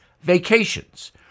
vacations